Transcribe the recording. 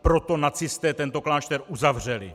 Proto nacisté tento klášter uzavřeli.